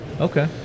Okay